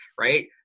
right